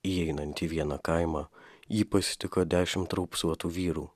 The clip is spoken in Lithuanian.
įeinantį į vieną kaimą jį pasitiko dešimt raupsuotų vyrų